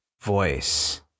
voice